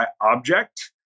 object